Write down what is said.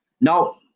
Now